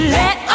let